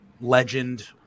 legend